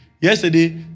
Yesterday